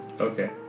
Okay